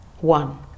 one